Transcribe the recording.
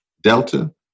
Delta